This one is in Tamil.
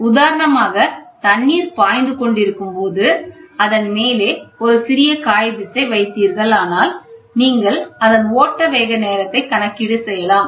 உதாரணமாக தண்ணீர் பாய்ந்து கொண்டிருக்கும் போது அதன் மேலே ஒரு சிறிய காகிதத்தை வைத்தீர்கள் நீங்கள் அதன் ஓட்ட வேகநேரத்தை கணக்கிட செய்யலாம்